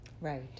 Right